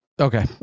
Okay